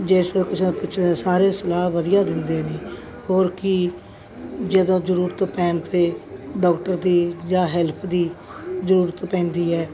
ਜਿਸ ਕਿਸੇ ਨੇ ਪੁੱਛਣਾ ਸਾਰੇ ਸਲਾਹ ਵਧੀਆ ਦਿੰਦੇ ਨੇ ਹੋਰ ਕੀ ਜਦੋਂ ਜ਼ਰੂਰਤ ਪੈਣ 'ਤੇ ਡਾਕਟਰ ਦੀ ਜਾਂ ਹੈਲਪ ਦੀ ਜ਼ਰੂਰਤ ਪੈਂਦੀ ਹੈ